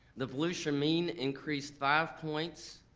the volusia mean increase five points,